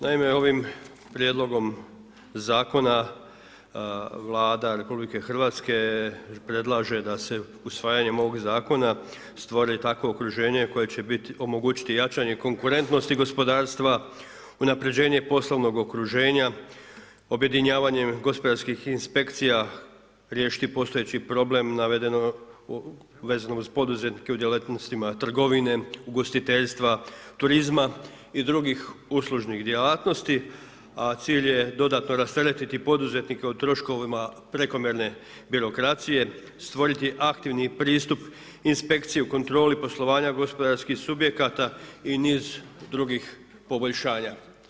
Naime ovim prijedlogom Zakona, Vlada Republike Hrvatske predlaže da se usvajanjem ovog Zakona stvore takvo okruženje koje će omogućiti jačanje konkurentnosti i gospodarstva, unapređenje poslovnog okruženja, objedinjavanjem gospodarskih inspekcija, riješiti postojeći problem navedenog, vezanim uz poduzetnike u djelatnostima trgovine, ugostiteljstva, turizma i drugih uslužnih djelatnosti, a cilj je dodatno rasteretiti poduzetnike od troškovima prekomjerne birokracije, stvoriti aktivni pristup inspekciji u kontroli poslovanja gospodarskih subjekata i niz drugih poboljšanja.